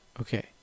Okay